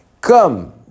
Come